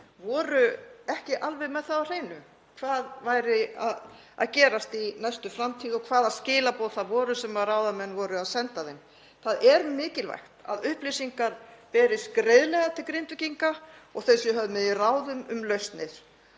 ekki alveg með það á hreinu hvað væri að gerast í næstu framtíð og hvaða skilaboð það væru sem ráðamenn voru að senda þeim. Það er mikilvægt að upplýsingar berist greiðlega til Grindvíkinga, að þau séu höfð með í ráðum um lausnir